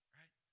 right